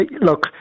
Look